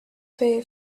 pay